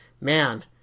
man